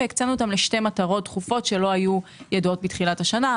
והקצינו אותם לשתי מטרות דחופות שלא היו ידועות בתחילת השנה,